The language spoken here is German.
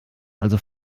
also